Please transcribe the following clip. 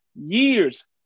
years